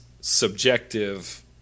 subjective